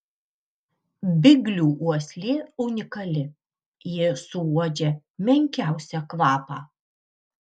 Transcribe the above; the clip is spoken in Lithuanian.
biglių uoslė unikali jie suuodžia menkiausią kvapą